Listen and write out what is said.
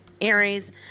Aries